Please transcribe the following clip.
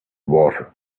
water